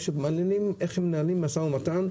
איך שמנהלים משא וממן.